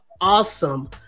awesome